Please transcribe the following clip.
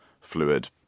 fluid